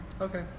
Okay